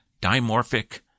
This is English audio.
dimorphic